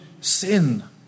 sin